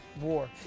war